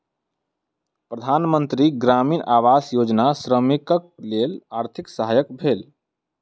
प्रधान मंत्री ग्रामीण आवास योजना श्रमिकक लेल आर्थिक सहायक भेल